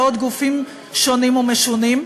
ועוד גופים שונים ומשונים.